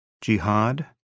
Jihad